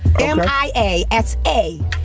M-I-A-S-A